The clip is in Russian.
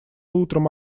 утром